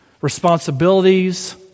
responsibilities